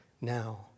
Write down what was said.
now